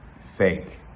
Fake